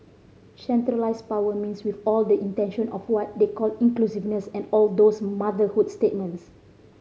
centralised power means with all the intention of what they call inclusiveness and all those motherhood statements